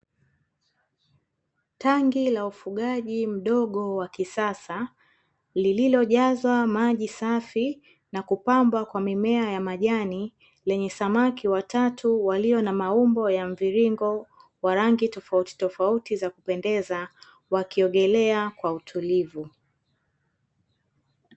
Tangi la ufugaji mdogo wa kisasa, lililojazwa maji safi, na kupambwa kwa mimea ya majani, lenye samaki watatu walio na maumbo ya mviringo, wa rangi tofauti tofauti za kupendeza, wakiogelea kwa utulivu.